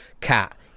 cat